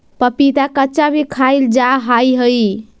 पपीता कच्चा भी खाईल जा हाई हई